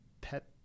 pet